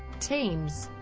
teams